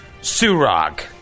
Surog